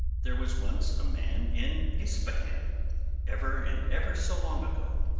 there was once a man in ispahan ever and ever so long ago,